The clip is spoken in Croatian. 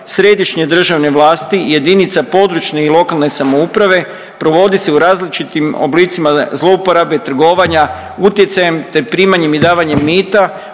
središnje državne vlasti, jedinica područne i lokalne samouprave provodi se u različitim oblicima zlouporabe, trgovanja utjecajem, te primanjem i davanjem mita